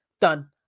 Done